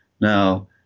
Now